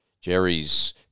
Jerry's